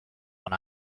when